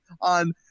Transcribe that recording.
on